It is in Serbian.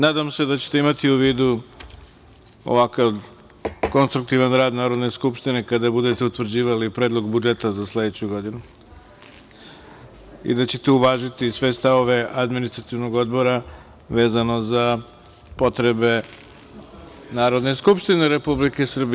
Nadam se da ćete imati u vidu ovakav kontruktivan rad Narodne skupštine kada budete utvrđivali predlog budžeta za sledeću godinu i da ćete uvažiti sve stavove Administrativnog odbora, vezano za potrebe Narodne skupštine Republike Srbije.